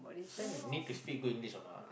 this one need to speak good English or not ah